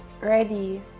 ready